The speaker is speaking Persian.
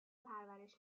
پرورش